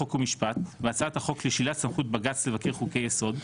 חוק ומשפט בהצעת החוק לשלילת סמכות בג"צ לבקר חוקי יסוד,